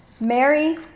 Mary